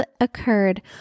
occurred